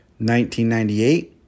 1998